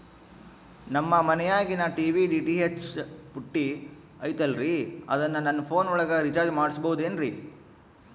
ನಮ್ಮ ಮನಿಯಾಗಿನ TV DTH ಪುಟ್ಟಿ ಐತಲ್ರೇ ಅದನ್ನ ನನ್ನ ಪೋನ್ ಒಳಗ ರೇಚಾರ್ಜ ಮಾಡಸಿಬಹುದೇನ್ರಿ?